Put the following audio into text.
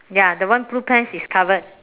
ya the one blue pants is covered